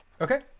okay